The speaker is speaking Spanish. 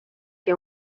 que